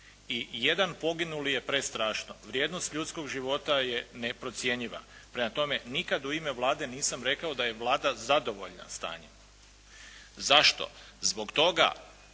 I jedan poginuli je prestrašno, vrijednost ljudskog života je neprocjenjiva. Prema tome, nikada u ime Vlade nisam rekao da je Vlada zadovoljna stanjem. Zašto? Zbog toga